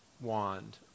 wand